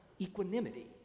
equanimity